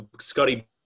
Scotty